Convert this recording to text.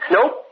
Nope